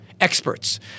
experts